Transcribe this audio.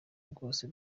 bwose